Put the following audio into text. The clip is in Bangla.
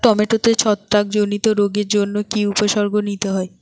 টমেটোতে ছত্রাক জনিত রোগের জন্য কি উপসর্গ নিতে হয়?